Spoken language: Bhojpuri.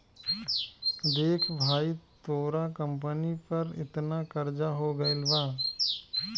देख भाई तोरा कंपनी पर एतना कर्जा हो गइल बा